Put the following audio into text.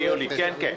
כן.